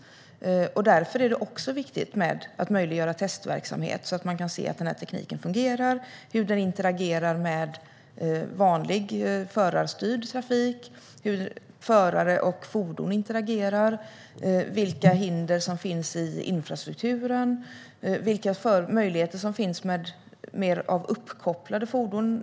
Därför är det viktigt att möjliggöra testverksamhet, så att man kan se att den här tekniken fungerar, hur den interagerar med vanlig förarstyrd trafik, hur förare och fordon interagerar, vilka hinder som finns i infrastrukturen och vilka möjligheter som finns med uppkopplade fordon.